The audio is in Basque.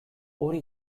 hori